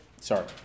Sorry